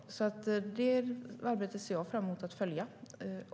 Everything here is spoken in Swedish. Det arbetet ser jag fram emot att följa.